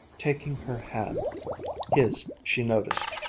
taking her hand his, she noticed,